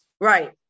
right